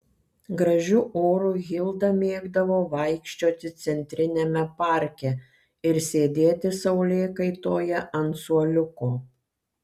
gražiu oru hilda mėgdavo vaikščioti centriniame parke ir sėdėti saulėkaitoje ant suoliuko